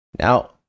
now